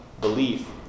Belief